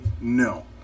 no